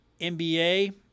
NBA